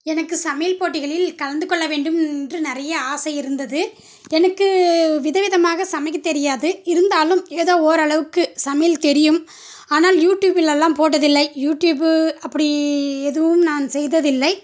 எனக்கு சமையல் போட்டிகளில் கலந்துக்கொள்ள வேண்டும் என்று நிறைய ஆசை இருந்தது எனக்கு விதவிதமாக சமைக்க தெரியாது இருந்தாலும் ஏதோ ஓரளவுக்கு சமையல் தெரியும் ஆனால் யூட்யூபிலெல்லாம் போட்டதில்லை யூட்யூப்பு அப்படி எதுவும் நான் செய்ததில்லை